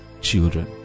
children